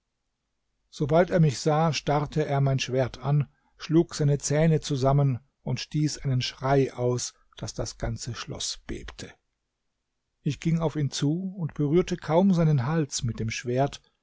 sobald er mich sah starrte er mein schwert an schlug seine zähne zusammen und stieß einen schrei aus daß das ganze schloß bebte ich ging auf ihn zu und berührte kaum seinen hals mit dem schwert